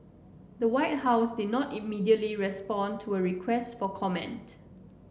the White House did not immediately respond to a request for comment